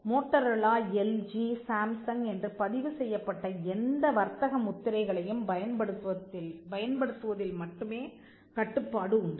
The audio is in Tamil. மோட்டரோலா எல்ஜி சாம்சங் என்று பதிவு செய்யப்பட்ட எந்த வர்த்தக முத்திரைகளையும் பயன்படுத்துவதில் மட்டுமே கட்டுப்பாடு உண்டு